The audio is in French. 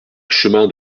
chemin